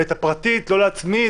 ואת הפרטית לא להצמיד,